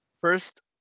First